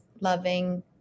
loving